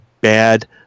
bad